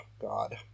God